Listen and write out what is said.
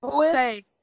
Say